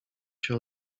się